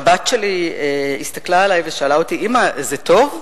הבת שלי הסתכלה עלי ושאלה אותי: אמא, זה טוב?